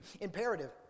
imperative